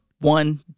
One